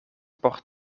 por